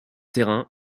terrain